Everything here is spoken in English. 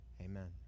Amen